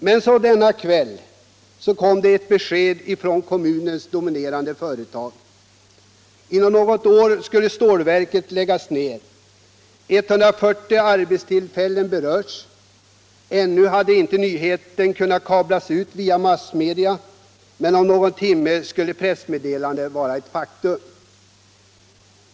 Men så denna kväll kom det ett besked från kommunens dominerande företag. Inom något år skulle stålverket läggas ned; 140 arbetstillfällen berördes. Ännu hade inte nyheten kunnat sändas ut via massmedia, men om någon timme skulle pressmeddelandet vara ett faktum.